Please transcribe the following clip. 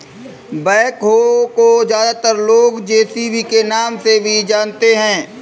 backhoe को ज्यादातर लोग जे.सी.बी के नाम से भी जानते हैं